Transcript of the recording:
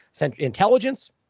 intelligence